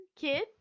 kid